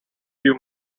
few